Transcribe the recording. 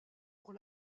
pour